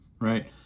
right